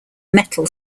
metal